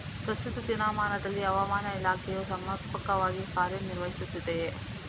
ಪ್ರಸ್ತುತ ದಿನಮಾನದಲ್ಲಿ ಹವಾಮಾನ ಇಲಾಖೆಯು ಸಮರ್ಪಕವಾಗಿ ಕಾರ್ಯ ನಿರ್ವಹಿಸುತ್ತಿದೆಯೇ?